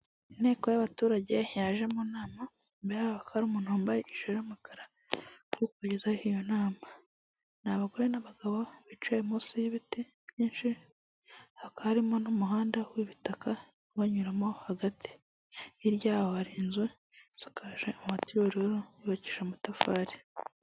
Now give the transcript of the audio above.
Inteko y'abaturage yaje mu inama imbere ya ho hari umuntu wambaye ijire y'umukara bwo iyo nama ni abagore n'abagabo bicaye imoso y'ibiti byinshi hakaba harimo n'umuhanda w'ibitaka banyuramo hagati hirya yaho hari inzu isakaje amati y'ubururu yubakije amatafari.